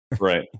Right